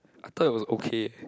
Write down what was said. I thought it was okay